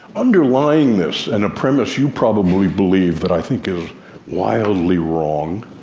underlying this, and a premise you probably believe but i think is wildly wrong,